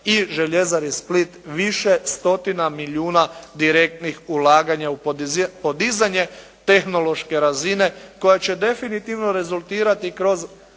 i Željezari Split više stotina milijuna direktnih ulaganja u podizanje tehnološke razine koja će definitivno rezultirati kroz